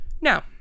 Now